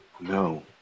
no